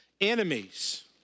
enemies